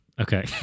Okay